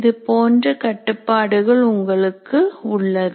இது போன்ற கட்டுப்பாடுகள் உங்களுக்கு உள்ளது